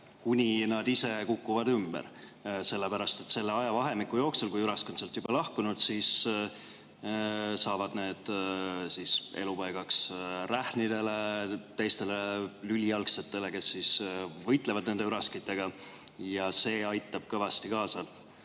kuni nad ise kukuvad ümber, sellepärast et selle ajavahemiku jooksul, kui ürask on sealt juba lahkunud, saavad need elupaigaks rähnidele, teistele lülijalgsetele, kes võitlevad nende üraskitega, ja see aitab kõvasti kaasa